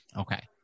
okay